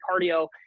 cardio